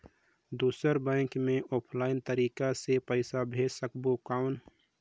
दुसर बैंक मे ऑफलाइन तरीका से पइसा भेज सकबो कौन?